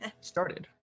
started